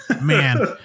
Man